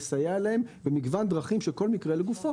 נסייע להם במגוון דרכים שכל מקרה לגופו.